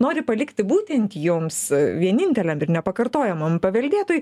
nori palikti būtent jums vieninteliam ir nepakartojamam paveldėtojui